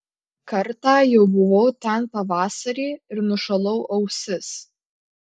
kartą jau buvau ten pavasarį ir nušalau ausis